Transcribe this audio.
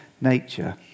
nature